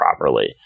properly